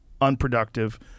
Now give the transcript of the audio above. unproductive